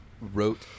wrote